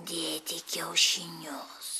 dėti kiaušinius